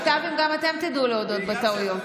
ייטב אם גם אתם תדעו להודות בטעויות,